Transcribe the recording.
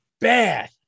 bad